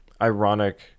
ironic